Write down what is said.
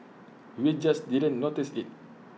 we just didn't notice IT